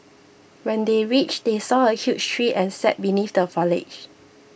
when they reached they saw a huge tree and sat beneath the foliage